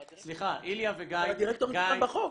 איליה --- הדירקטורים זה גם בחוק.